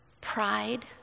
pride